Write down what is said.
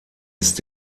ist